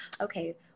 okay